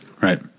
Right